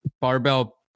barbell